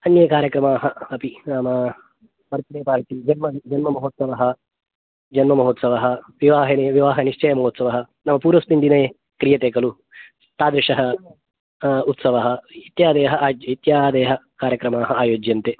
अन्ये कार्यक्रमाः अपि नाम बर्त्डे पार्टि जन्म जन्ममहोत्सवः जन्ममहोत्सवः विवाहनि विवाहनिश्चयमहोत्सवः नाम पूर्वस्मिन् दिने क्रियते खलु तादृशः उत्सवः इत्यादयः आज् इत्यादयः कार्यक्रमाः आयोज्यन्ते